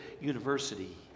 university